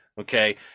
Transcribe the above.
okay